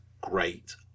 great